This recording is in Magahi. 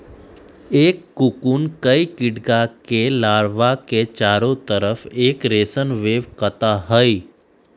एक कोकून कई कीडड़ा के लार्वा के चारो तरफ़ एक रेशम वेब काता हई